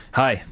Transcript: hi